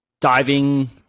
diving